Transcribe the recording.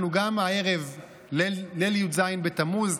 אנחנו גם הערב ליל י"ז בתמוז,